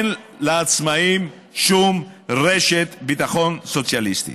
אין לעצמאים שום רשת ביטחון סוציאלית.